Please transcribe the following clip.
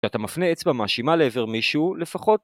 כשאתה מפנה אצבע מאשימה לעבר מישהו לפחות